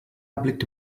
blickte